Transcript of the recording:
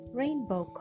rainbow